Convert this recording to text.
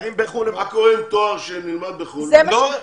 מה קורה עם תואר שנלמד בחוץ לארץ?